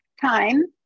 time